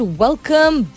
welcome